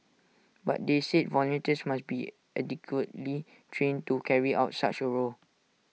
but they said volunteers must be adequately trained to carry out such A role